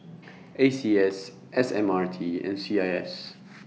A C S S M R T and C I S